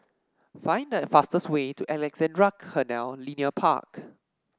find the fastest way to Alexandra Canal Linear Park